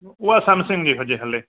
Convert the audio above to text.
उहा सैमसंग जी हुजे हले